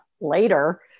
later